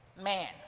Man